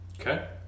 okay